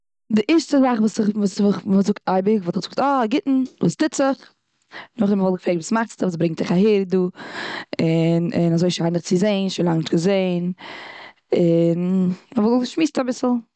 די ערשטע זאך וואס וואס מ'זאגט אייביג וואלט איך געזאגט אה... א גוטן. וואס טוט זיך? נאך דעם וואלט איך געפרעגט: וואס מאכסטו? וואס ברענגט דיך אהער דא? און און אזוי שיין דיך צו זען, שוין לאנג נישט געזען. און מ'וואלט געשמועסט אביסל.